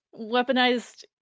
Weaponized